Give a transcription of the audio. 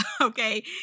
okay